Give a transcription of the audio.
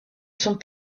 sont